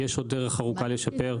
יש עוד דרך ארוכה לשפר,